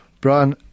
Brian